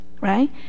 right